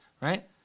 right